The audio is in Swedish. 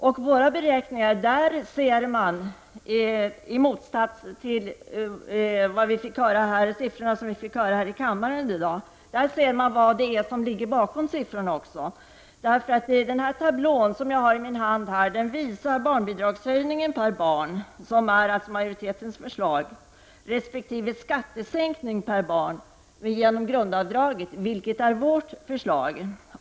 Av våra beräkningar där ser man också — i motsats till vad vi fick höra här i kammaren i dag — vad det är som ligger bakom siffrorna. I den tablå som jag har i min hand visas barnbidragshöjningen per barn enligt majoritetens förslag resp. skattesänkningen per barn via grundavdraget enligt vårt förslag.